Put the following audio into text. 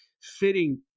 fitting